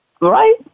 Right